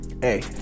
hey